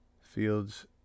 Fields